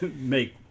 make